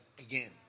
again